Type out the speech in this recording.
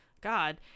God